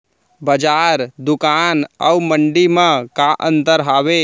बजार, दुकान अऊ मंडी मा का अंतर हावे?